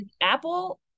Apple